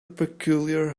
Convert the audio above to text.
peculiar